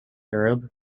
arab